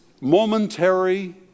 momentary